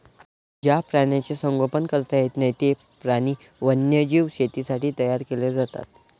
ज्या प्राण्यांचे संगोपन करता येत नाही, ते प्राणी वन्यजीव शेतीसाठी तयार केले जातात